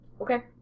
Okay